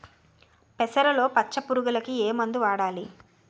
పెసరలో పచ్చ పురుగుకి ఏ మందు వాడాలి?